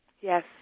Yes